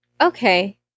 Okay